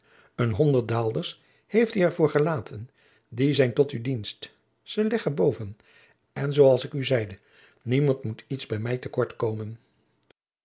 aôrs honderd daôlders heeft hij er veur elaôten die zijn tot oe dienst ze leggen boven en zoo als ik oe zeide niemand moet iets bij mij te kort komen